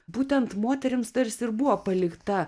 būtent moterims tarsi ir buvo palikta